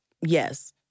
Yes